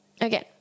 again